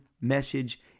message